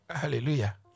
Hallelujah